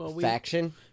Faction